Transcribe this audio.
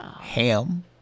Ham